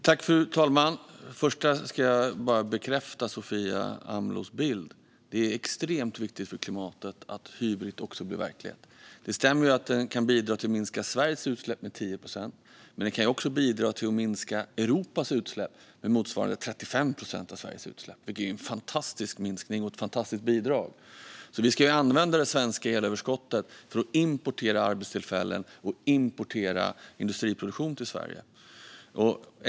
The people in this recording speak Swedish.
Fru talman! Jag vill börja med att bekräfta Sofia Amlohs bild; det är extremt viktigt för klimatet att Hybrit blir verklighet. Det stämmer att Hybrit kan bidra till att minska Sveriges utsläpp med 10 procent, men Hybrit kan också bidra till att minska Europas utsläpp med motsvarande 35 procent av Sveriges utsläpp. Detta vore en fantastisk minskning och ett fantastiskt bidrag. Vi ska använda det svenska elöverskottet för att importera arbetstillfällen och industriproduktion till Sverige.